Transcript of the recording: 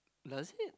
does it